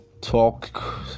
talk